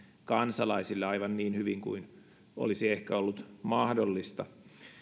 kansalaisille aivan niin hyvin kuin olisi ehkä ollut mahdollista